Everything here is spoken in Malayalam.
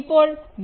ഇപ്പോൾ വി